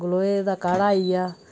गलोए दा काह्ड़ा आई गेआ